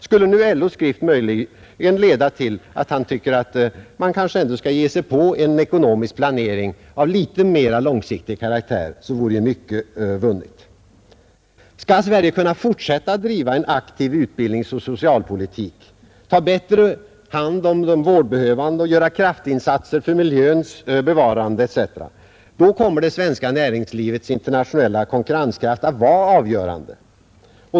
Skulle LO:s skrift möjligen kunna leda till att han tycker att man kanske ändå bör ge sig på en ekonomisk planering av litet mera långsiktig karaktär, vore mycket vunnet. Skall Sverige kunna fortsätta att driva en aktiv utbildningsoch socialpolitik, ta bättre hand om de vårdbehövande och göra kraftinsatser för miljöns bevarande etc., kommer det svenska näringslivets internationella konkurrenskraft att vara avgörande.